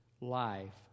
life